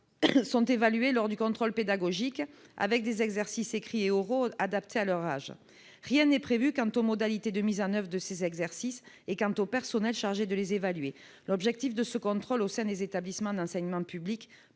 sont évalués lors du contrôle pédagogique avec des exercices écrits et oraux adaptés à leur âge. Rien n'est prévu quant aux modalités de mise en oeuvre de ces exercices et quant au personnel chargé de les évaluer. Organiser ces contrôles au sein des établissements d'enseignement public